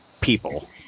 people